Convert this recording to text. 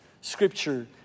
scripture